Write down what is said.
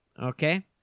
Okay